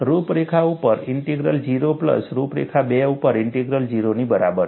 રૂપરેખા ઉપર integral 1 plus રૂપરેખા 2 ઉપર ઇન્ટિગ્રલ 0 ની બરાબર છે